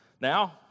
Now